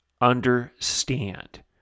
understand